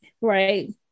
right